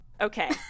Okay